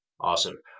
Awesome